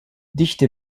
dichte